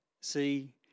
see